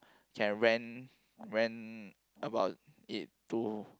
can went went about it to